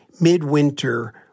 midwinter